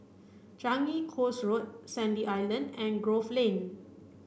Changi Coast Road Sandy Island and Grove Lane